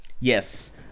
Yes